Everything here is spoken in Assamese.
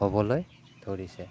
হ'বলৈ ধৰিছে